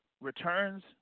returns